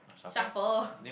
shuffle